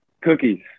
cookies